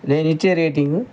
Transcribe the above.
నేను ఇచ్చే రేటింగు